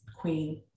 Queen